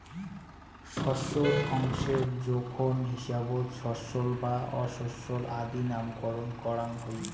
শস্যর অংশের জোখন হিসাবত শস্যল বা অশস্যল আদি নামকরণ করাং হই